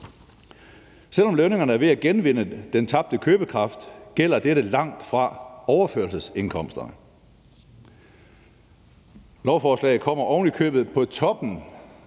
»Selvom lønningerne er ved at genvinde den tabte købekraft, gælder dette langt fra overførselsindkomsterne.« Lovforslaget kommer oven i købet på toppen